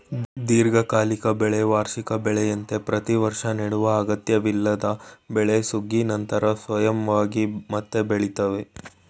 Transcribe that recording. ದೀರ್ಘಕಾಲಿಕ ಬೆಳೆ ವಾರ್ಷಿಕ ಬೆಳೆಯಂತೆ ಪ್ರತಿವರ್ಷ ನೆಡುವ ಅಗತ್ಯವಿಲ್ಲದ ಬೆಳೆ ಸುಗ್ಗಿ ನಂತರ ಸ್ವಯಂವಾಗಿ ಮತ್ತೆ ಬೆಳಿತವೆ